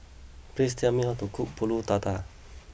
please tell me how to cook Pulut Tatal